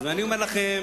אני אומר לכם,